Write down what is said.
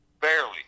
Barely